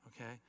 Okay